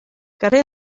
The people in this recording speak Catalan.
carrer